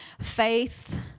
faith